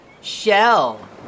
shell